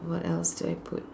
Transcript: what else did I put